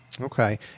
Okay